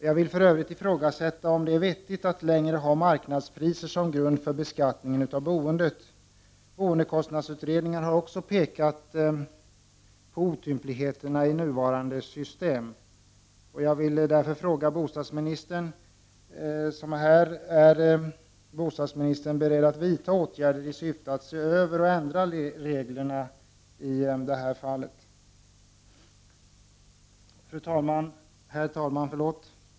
Jag vill för övrigt ifrågasätta om det är vettigt att längre ha marknadspriser som grund för beskattning av boendet. Boendekostnadsutredningen har också pekat på otympligheterna i nuvarande system. Jag vill fråga: Är bostadsministern beredd vidtaga åtgärder i syfte att se över och ändra reglerna i detta fall? Herr talman!